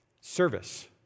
service